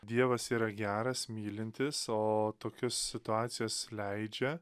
dievas yra geras mylintis o tokius situacijas leidžia